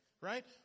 right